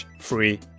free